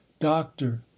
doctor